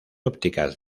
ópticas